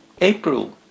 April